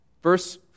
Verse